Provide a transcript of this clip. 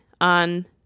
on